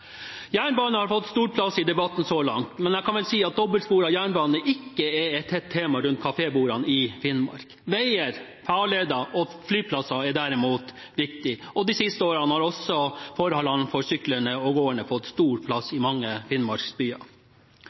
har fått stor plass i debatten så langt, men jeg kan vel si at dobbeltsporet jernbane ikke er et hett tema rundt kafébordene i Finnmark. Veier, farleder og flyplasser er derimot viktig. De siste årene har også forholdene for syklende og gående fått stor plass i mange